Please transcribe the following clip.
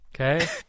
Okay